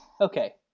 Okay